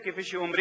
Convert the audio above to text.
כפי שאומרים,